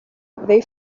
they